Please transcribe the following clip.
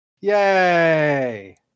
Yay